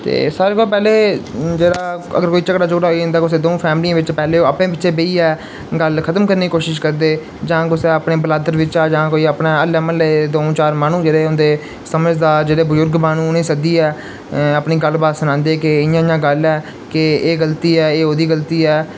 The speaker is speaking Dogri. ते सारें कोला पैह्लें जेह्ड़ा अगर कोई झगड़ा झुगड़ा होई जंदा कुसै दऊं फैमलियें बिच्च पैह्लें अपने बिच्चे बेहियै गल्ल खतम करने दी कोशश करदे जां कुसै अपनी बलाद्दर बिच्च जां कोई अपने अल्ले म्हल्ले द'ऊं चार माह्नू जेह्ड़े होंदे समझदार जेह्ड़े बजुर्ग माह्नू उ'नेंगी सद्दियै अपनी गल्ल बात सनांदे के इ'यां इ'यां गल्ल ऐ कि एह् गल्ती ऐ एह् ओह्दी गल्ती ऐ